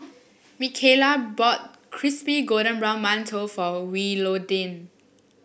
Mikayla bought Crispy Golden Brown Mantou for Willodean